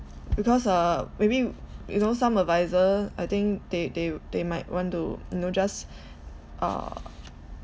because uh maybe you know some advisor I think they they they might want to know just uh